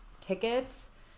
tickets